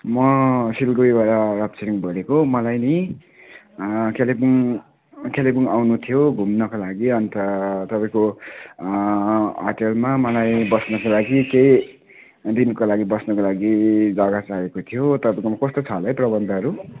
म सिलगढीबाट डबछिरिङ बोलेको मलाई नि कालिम्पोङ कालिम्पोङ आउनु थियो घुम्नको लागि अन्त तपाईँको होटलमा मलाई बस्नको लागि केही दिनको लागि बस्नको लागि जग्गा चाहिएको थियो तपाईँकोमा कस्तो छ होला है प्रबन्धहरू